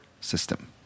system